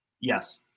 Yes